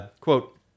quote